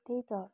त्यही त